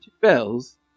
bells